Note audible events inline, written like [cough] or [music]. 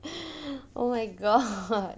[breath] oh my god